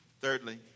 Thirdly